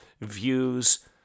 views